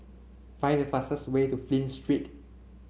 find the fastest way to Flint Street